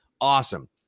Awesome